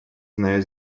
знаю